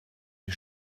die